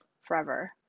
forever